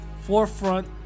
forefront